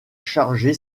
chargé